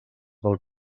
del